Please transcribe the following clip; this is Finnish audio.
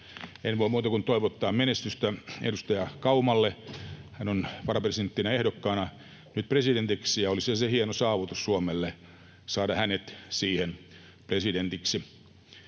En voi muuta kuin toivottaa menestystä edustaja Kaumalle. Hän on varapresidenttinä ehdokkaana nyt presidentiksi, ja olisihan se hieno saavutus Suomelle saada hänet siihen presidentiksi.